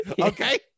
Okay